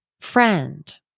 friend